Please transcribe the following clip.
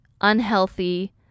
unhealthy